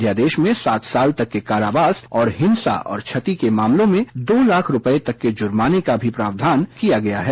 अध्यादेश में सात साल तक के कारावास और हिंसा और क्षति के मामलों में दो लाख रुपये तक के जुर्माने का भी प्रावधान किया गया है